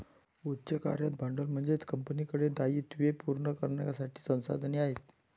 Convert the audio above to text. उच्च कार्यरत भांडवल म्हणजे कंपनीकडे दायित्वे पूर्ण करण्यासाठी संसाधने आहेत